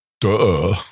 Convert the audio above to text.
duh